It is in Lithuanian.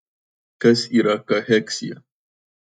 kas yra kacheksija